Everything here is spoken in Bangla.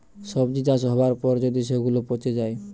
সবজি চাষ হবার পর যদি সেগুলা পচে যায়